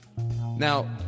now